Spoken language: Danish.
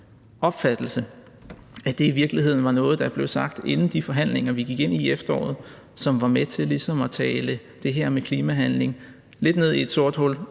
opfattelse, at det i virkeligheden var noget, der blev sagt inden de forhandlinger, vi gik ind i i efteråret, og som var med til ligesom at tale det her med klimahandling lidt ned i et sort hul,